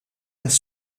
tas